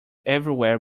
everywhere